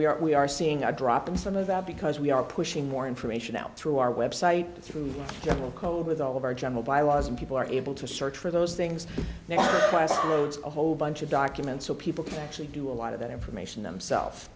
we are we are seeing a drop in some of that because we are pushing more information out through our website through general code with all of our general bylaws and people are able to search for those things no question it's a whole bunch of documents so people can actually do a lot of that information themsel